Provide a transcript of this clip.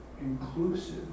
inclusive